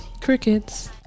crickets